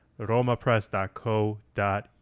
romapress.co.uk